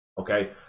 okay